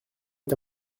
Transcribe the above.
est